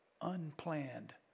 unplanned